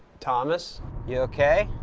thomas? you okay?